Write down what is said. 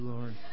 Lord